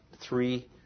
three